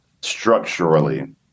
structurally